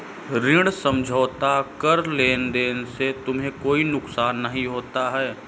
ऋण समझौता कर लेने से तुम्हें कोई नुकसान नहीं होगा